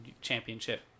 championship